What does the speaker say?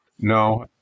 No